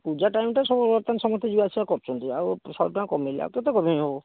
ପୂଜା time ଟା ସବୁ ବର୍ତ୍ତମାନ ସମସ୍ତେ ଯିବା ଆସିବା କରୁଛନ୍ତି ଆଉ ଶହେ ଟଙ୍କା କମେଇଲି ଆଉ କେତେ କମେଇ ହେବ